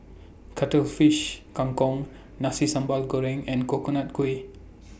Cuttlefish Kang Kong Nasi Sambal Goreng and Coconut Kuih